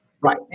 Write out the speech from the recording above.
Right